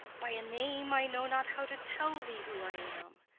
by a name i know not how to tell thee who i am.